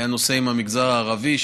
היה נושא עם המגזר הערבי,